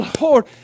Lord